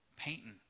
Painting